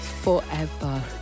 Forever